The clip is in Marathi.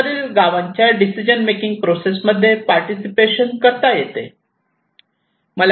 शेजारील गावांच्या डिसिजन मेकिंग प्रोसेस मध्ये पार्टिसिपेशन करता येते